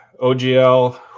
OGL